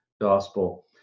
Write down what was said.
gospel